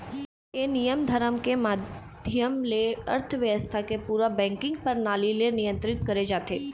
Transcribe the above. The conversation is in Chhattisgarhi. ये नियम धरम के माधियम ले अर्थबेवस्था के पूरा बेंकिग परनाली ले नियंत्रित करे जाथे